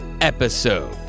episode